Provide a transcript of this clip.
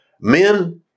Men